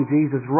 Jesus